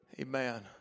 amen